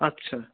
আচ্ছা